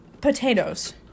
potatoes